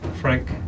Frank